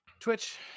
Twitch